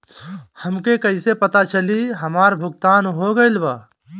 हमके कईसे पता चली हमार भुगतान हो गईल बा?